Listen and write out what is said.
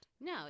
No